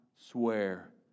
swear